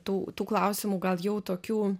tų tų klausimų gal jau tokių